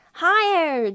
higher